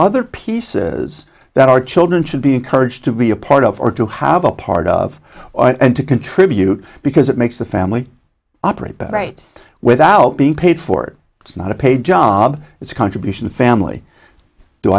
other pieces that our children should be encouraged to be a part of or to have a part of or and to contribute because it makes the family operate better right without being paid for it's not a paid job it's a contribution family do